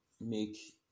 make